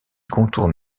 contourne